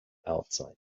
outside